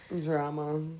Drama